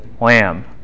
Lamb